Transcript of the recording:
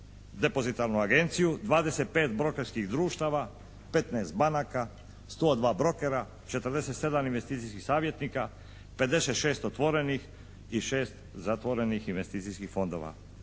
depozitarnu agenciju, 25 brokerskih društava, 15 banaka, 102 brokera, 47 investicijskih savjetnika, 56 otvorenih i 6 zatvorenih investicijskih fondova